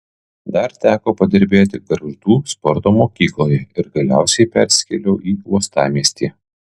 dar teko padirbėti gargždų sporto mokykloje ir galiausiai persikėliau į uostamiestį